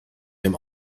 dem